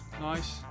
nice